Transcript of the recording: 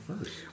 first